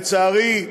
לצערי,